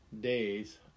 days